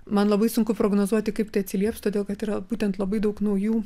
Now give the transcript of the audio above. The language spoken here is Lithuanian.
man labai sunku prognozuoti kaip tai atsilieps todėl kad yra būtent labai daug naujų